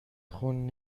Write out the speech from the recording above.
خون